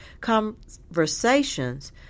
conversations